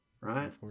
right